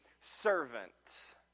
Servant